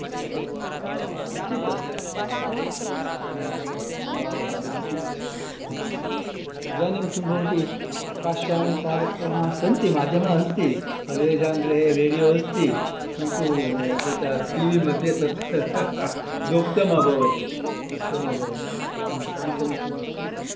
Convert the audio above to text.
अस्माकं प्रभावः अस्ति तस्य माध्यमानां प्रभावः अस्ति इदानीं किं भवति आकाशवाणी कार्यक्रमाः सन्ति माध्यम अस्ति सर्वेषाङ्गृहे रेडियो अस्ति किन्तु तत् टी वी मध्ये तत् लुप्तम् अभवत् लुप्तम् अभवत् एव अनन्तरं किम् अस्ति